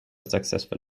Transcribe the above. successful